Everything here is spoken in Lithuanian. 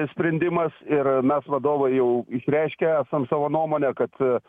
sprendimas ir mes vadovai jau išreiškę esam savo nuomonę kad